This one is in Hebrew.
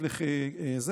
אני אומר לו: